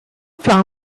flung